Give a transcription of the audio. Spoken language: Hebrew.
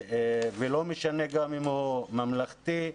ולא משנה גם אם הוא ממלכתי,